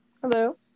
Hello